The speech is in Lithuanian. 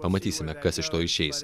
pamatysime kas iš to išeis